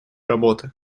работы